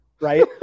right